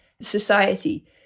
society